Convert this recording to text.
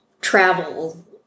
travel